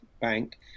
Bank